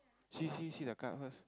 see see see the card first